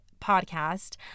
podcast